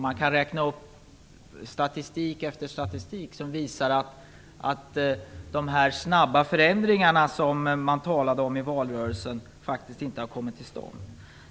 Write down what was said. Man kan räkna upp statistik efter statistik som visar att de snabba förändringarna, som det talades om i valrörelsen, faktiskt inte har kommit till stånd.